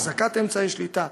החזקת אמצעי שליטה,